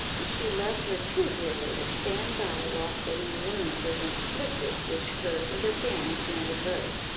and she loved her too dearly, to stand by whilst any wound was inflicted which her interference might avert.